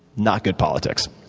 not good politics.